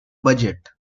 budget